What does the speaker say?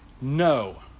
no